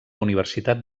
universitat